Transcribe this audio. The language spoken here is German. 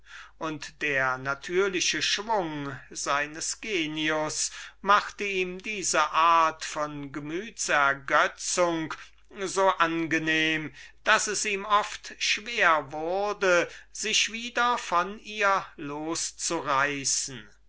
und der natürliche schwung seines genie machte ihm diese art von gemüts-ergötzung so angenehm daß er mühe hatte sich wieder von ihr loszureißen